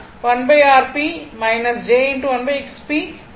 எனவே I V g jb ஆகும்